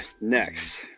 Next